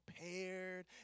prepared